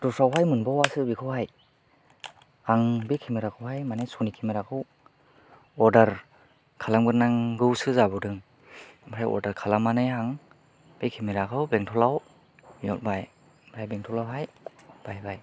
दस्रायावहाय मोनबावासो बिखौहाय आं बे केमेराखौहाय माने स'नि केमेराखौ अर्डार खालामग्रोनांगौसो जाबावदों ओमफ्राय अर्डार खालामनानै आं बे केमेराखौ बेंथलाव लाबोबाय ओमफ्राय बेंथलावहाय बायबाय